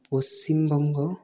Paschimbanga